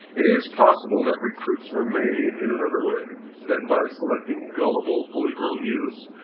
it is possible that recruits were made in another way than by selecting gullible, fully grown youths.